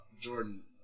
Jordan